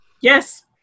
Yes